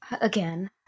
again